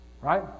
right